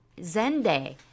zenday